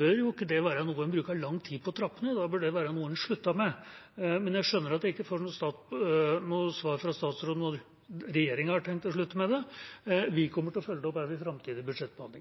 bør ikke det være noe en bruker lang tid på å trappe ned, da bør det være noe en slutter med. Men jeg skjønner at jeg ikke får noe svar fra statsråden om når regjeringa har tenkt å slutte med det. Vi kommer til å følge det opp også i framtidige